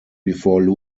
before